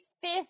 fifth